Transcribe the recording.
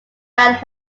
bound